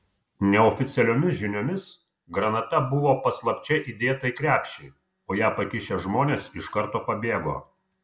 neoficialiomis žiniomis granata buvo paslapčia įdėta į krepšį o ją pakišę žmonės iš karto pabėgo